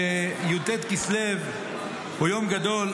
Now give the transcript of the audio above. י"ט כסלו הוא יום גדול,